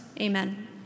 amen